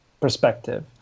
perspective